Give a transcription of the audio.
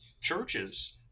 churches